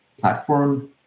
platform